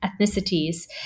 ethnicities